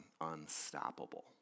unstoppable